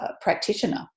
practitioner